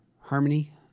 harmony